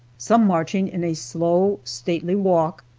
some marching in a slow, stately walk,